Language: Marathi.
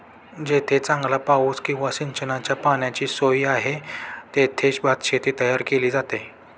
जेथे चांगला पाऊस किंवा सिंचनाच्या पाण्याची सोय आहे, तेथे भातशेती तयार केली जाते